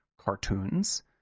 cartoons